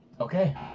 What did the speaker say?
Okay